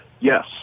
yes